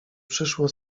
przyszło